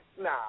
Nah